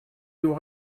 nous